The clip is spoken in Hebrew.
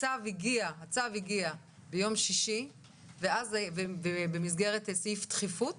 הצו הגיע ביום שישי ובמסגרת סעיף דחיפות